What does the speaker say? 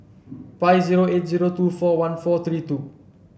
five zero eight zero two four one four three two